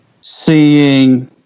seeing